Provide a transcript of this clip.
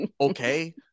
Okay